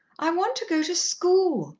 i want to go to school,